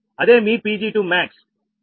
అదేమీ Pg2max